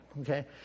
okay